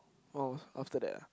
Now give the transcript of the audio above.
oh after that ah